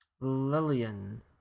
Lillian